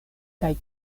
kaj